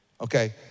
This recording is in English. Okay